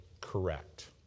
correct